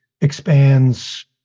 expands